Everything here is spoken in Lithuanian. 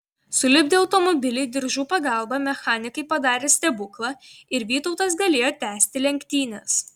sulipdę automobilį diržų pagalbą mechanikai padarė stebuklą ir vytautas galėjo tęsti lenktynes